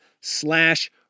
slash